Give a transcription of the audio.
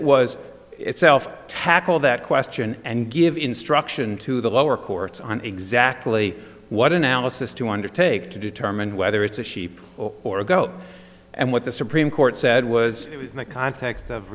was itself tackle that question and give instruction to the lower courts on exactly what analysis to undertake to determine whether it's a sheep or a go and what the supreme court said was in the context of